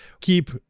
Keep